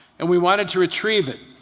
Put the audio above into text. and we wanted to retrieve it.